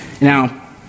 Now